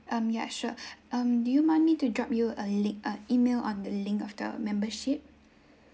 um yeah sure um do you mind me to drop you a link uh email on the link of the membership